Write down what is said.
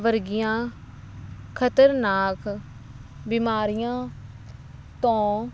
ਵਰਗੀਆਂ ਖ਼ਤਰਨਾਕ ਬਿਮਾਰੀਆਂ ਤੋਂ